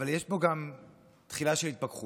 אבל יש בו גם תחילה של התפכחות,